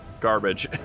garbage